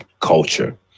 Culture